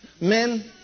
Men